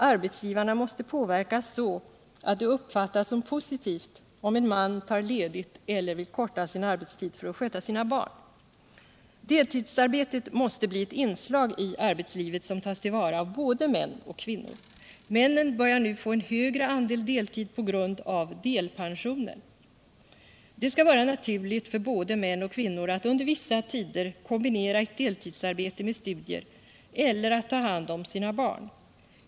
Arbetsgivarna måste påverkas så att det uppfattas som positivt om en man tar ledigt eller vill korta sin arbetstid för att sköta sina barn. Deltidsarbetet måste bli ett inslag i arbetslivet som tas till vara av både män och kvinnor. Männen börjar nu få en högre andel deltidsarbeten på grund av delpensioner. Det skall vara naturligt för både män och kvinnor att under vissa tider kombinera ett deltidsarbete med studier eller med att ta hand om sina barn.